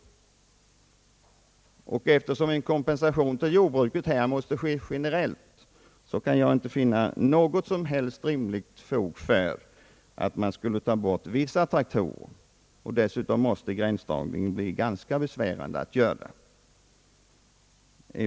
Eftersom en kompensation till jordbruket här måste ske generellt, kan jag inte finna något som helst rimligt skäl för att vissa traktorer skulle undantas. Dessutom måste gränsdragningen bli ganska besvärlig att göra.